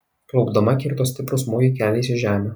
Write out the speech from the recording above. klaupdama kirto stiprų smūgį keliais į žemę